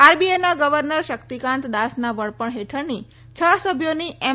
આરબીઆઈના governor Shaktikanta દાસના વડપણ હેઠળની છ સભ્યોની એમ